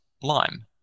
lime